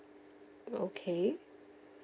okay